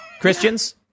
christians